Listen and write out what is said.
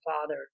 father